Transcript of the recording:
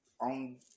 on